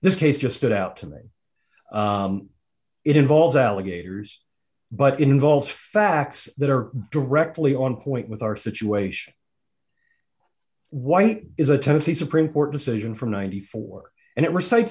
this case just stood out to me it involves alligators but it involves facts that are directly on point with our situation white is a tennessee supreme court decision from ninety four dollars and it recites